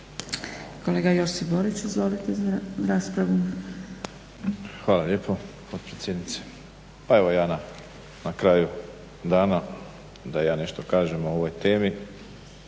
Kolega Josip Borić, izvolite za raspravu. **Borić, Josip (HDZ)** Hvala lijepo potpredsjednice. Pa evo ja na kraju dana da ja nešto kažem o ovoj temi.